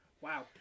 Wow